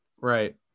Right